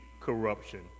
corruption